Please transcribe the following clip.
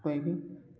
କହିବି